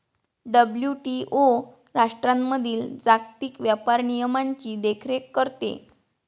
WTO राष्ट्रांमधील जागतिक व्यापार नियमांची देखरेख करते